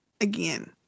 again